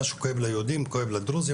מה שכואב ליהודים, כואב לדרוזים.